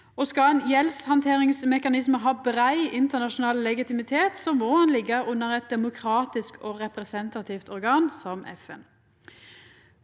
Skal ein gjeldshandteringsmekanisme ha brei internasjonal legitimitet, må han liggja under eit demokratisk og representativt organ, som FN.